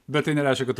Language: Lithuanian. bet tai nereiškia kad